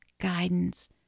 guidance